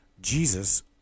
Jesus